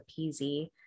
PZ